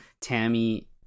tammy